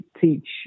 teach